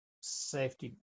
safety